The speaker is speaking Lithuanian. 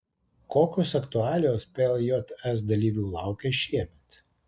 kokios aktualijos pljs dalyvių laukia šiemet